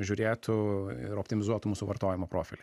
žiūrėtų ir optimizuotų mūsų vartojimo profilį